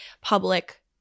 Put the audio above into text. public